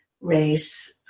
race